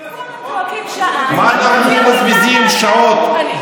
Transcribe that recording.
כולם צועקים שעה,